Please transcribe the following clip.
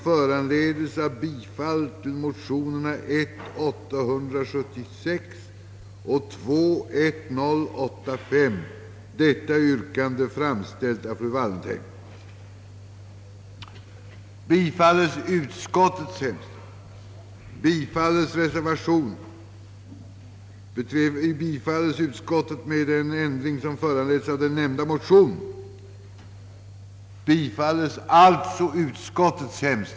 Härmed anhålles på grund av sjukdom om ledighet från riksdagsarbetet tills vidare. Läkarintyg kommer att översändas snarast.